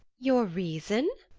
your reason?